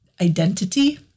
identity